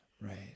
Right